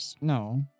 No